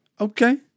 Okay